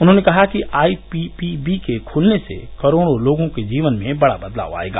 उन्होंने कहा कि आईपीपीवी के खुलने से करोड़ो लोगों के जीवन में बड़ा बदलाव आयेगा